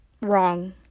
wrong